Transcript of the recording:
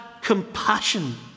compassion